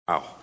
Wow